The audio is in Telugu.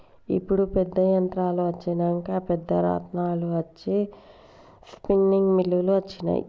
ఇప్పుడు పెద్ద యంత్రాలు అచ్చినంక పెద్ద రాట్నాలు అచ్చి స్పిన్నింగ్ మిల్లులు అచ్చినాయి